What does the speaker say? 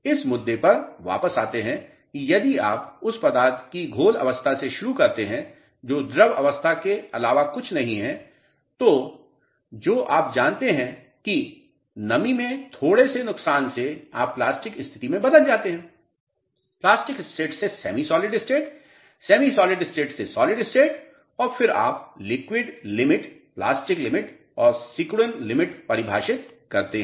इस मुद्दे पर वापस आते हैं कि यदि आप उस पदार्थ की घोल अवस्था से शुरू करते हैं जो द्रव अवस्था के अलावा कुछ नहीं है तो जो आप जानते हैं कि नमी में थोड़े से नुकसान से आप प्लास्टिक स्थिति में बदल जाते हैं प्लास्टिक स्टेट से semi solid state semi solid state से सॉलिड स्टेट और फिर आप लिक्विड लिमिट प्लास्टिक लिमिट और सिकुड़न लिमिट परिभाषित करते हैं